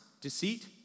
deceit